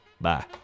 Bye